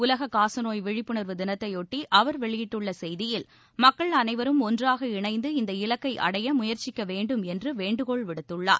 உலககாசநோய் விழிப்புணர்வு தினத்தையொட்டிஅவர் வெளியிட்டுள்ளசெய்தியில் மக்கள் அனைவரும் ஒன்றாக இணைந்து இந்த இலக்கைஅடையமுயற்சிக்கவேண்டும் என்றுவேண்டுகோல் விடுத்துள்ளார்